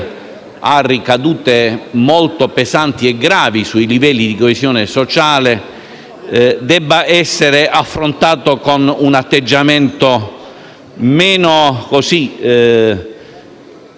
ha ricadute molto pesanti e gravi sui livelli di coesione sociale, debba essere affrontata con un atteggiamento meno